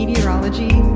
dendrology